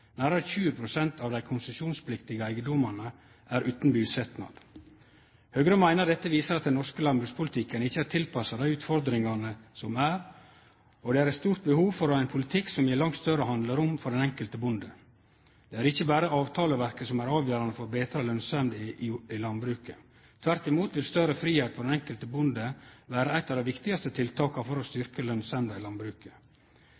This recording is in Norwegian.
av dei konsesjonspliktige eigedomane er utan busetnad. Høgre meiner dette viser at den norske landbrukspolitikken ikkje er tilpassa dei utfordringane som er, og at det er eit stort behov for ein politikk som gjev langt større handlerom for den enkelte bonde. Det er ikkje berre avtaleverket som er avgjerande for betra lønsemd i landbruket. Tvert imot vil større fridom for den enkelte bonde vere eit av dei viktigaste tiltaka for å